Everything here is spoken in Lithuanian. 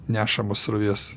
nešamas srovės